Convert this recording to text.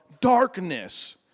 darkness